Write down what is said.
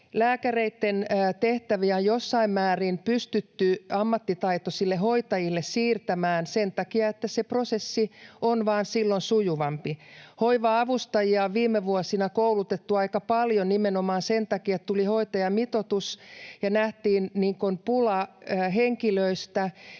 Lääkäreitten tehtäviä on jossain määrin pystytty ammattitaitoisille hoitajille siirtämään sen takia, että se prosessi silloin on vain sujuvampi. Hoiva-avustajia on viime vuosina koulutettu aika paljon. Nimenomaan sen takia tuli hoitajamitoitus, ja nähtiin pula henkilöistä,